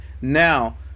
now